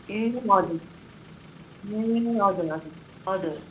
ए हजुर ए हजुर हजुर हजुर